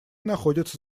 находится